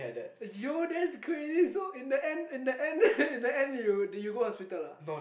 yo that's crazy so in the end in the end the end did you go hospital ah